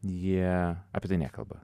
jie apie tai nekalba